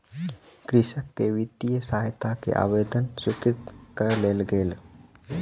कृषक के वित्तीय सहायता के आवेदन स्वीकृत कय लेल गेल